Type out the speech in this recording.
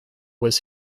was